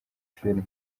filime